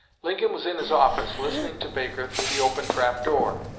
lincoln was in his office listening to baker through the open trap-door,